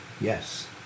Yes